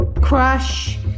Crush